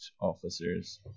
officers